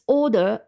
order